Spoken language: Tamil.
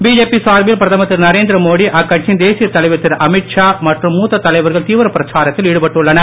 பிஜேபி சார்பில் பிரதமர் திரு நரேந்திரமோடி அக்கட்சியின் தேசியத் தலைவர் திரு அமீத் ஷா மற்றும் மூத்த தலைவர்கள் தீவிர பிரச்சாரத்தில் ஈடுபட்டுள்ளனர்